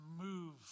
move